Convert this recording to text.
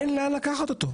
אין לאן לקחת אותו.